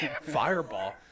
Fireball